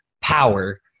power